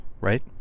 right